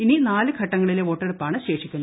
ഇനി നാല് ഘട്ടങ്ങളിലെ വോട്ടെടുപ്പാണ് ശേഷിക്കുന്നത്